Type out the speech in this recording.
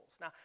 Now